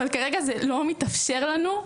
אבל כרגע זה לא מתאפשר לנו.